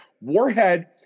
warhead